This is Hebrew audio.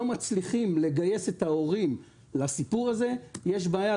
מצליחים לגייס את ההורים לסיפור הזה יש בעיה.